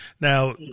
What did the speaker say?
Now